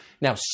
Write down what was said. Now